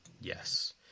Yes